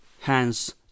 Hence